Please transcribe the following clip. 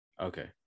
Okay